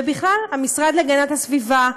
ובכלל, המשרד להגנת הסביבה,